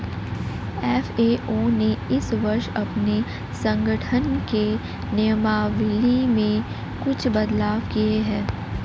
FAO ने इस वर्ष अपने संगठन के नियमावली में कुछ बदलाव किए हैं